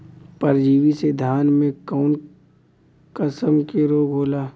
परजीवी से धान में कऊन कसम के रोग होला?